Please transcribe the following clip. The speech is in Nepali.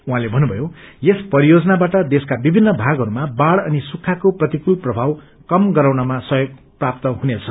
उहाँले भन्नुभयो यस परियोजनावाट देशका विभिन्न भागठरूमा बाढ़ अनि सुक्खाको प्रतिकूल प्रभाव कम गराउनमा सहयोग प्राप्त हुनेछ